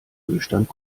ölstand